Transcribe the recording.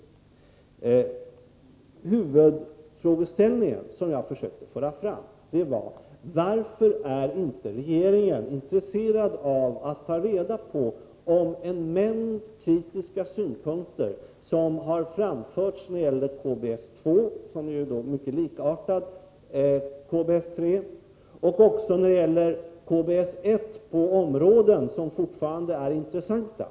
Den huvudfrågeställning som jag försökte föra fram var: Varför är inte regeringen intresserad av att ta reda på om det fortfarande finns fog för en mängd kritiska synpunkter som framförts när det gäller KBS-2, som ju är mycket lika KBS-3, och även KBS-1 på områden som fortfarande är intressanta?